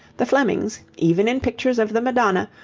the flemings, even in pictures of the madonna,